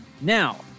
Now